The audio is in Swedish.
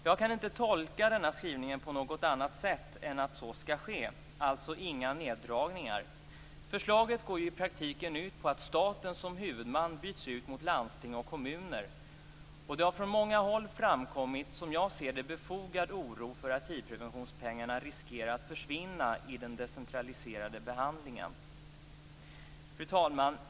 Jag kan inte tolka denna skrivning på annat sätt än att så också skall ske. Alltså blir det inga neddragningar. Förslaget går ju i praktiken ut på att staten som huvudman byts ut mot landsting och kommuner. Det har från många håll framkommit en som jag ser det befogad oro för att pengarna till hivprevention riskerar att försvinna i den decentraliserade behandlingen. Fru talman!